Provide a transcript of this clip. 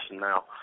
now